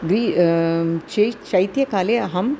ग्री चेत् शैत्यकाले अहम्